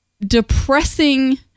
depressing